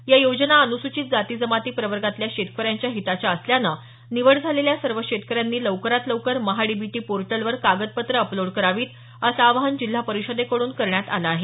या योजना अनुसूचित जाती जमाती प्रवर्गातल्या शेतकऱ्यांच्या हिताच्या असल्यानं निवड झालेल्या सर्व शेतकऱ्यांनी लवकरात लवकर महाडीबीटी पोर्टलवर कागदपत्रे अपलोड करावीत असं आवाहन जिल्हा परिषदेकडून करण्यात आलं आहे